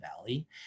Valley